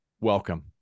welcome